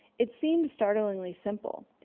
it seemed startlingly simple.